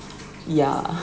ya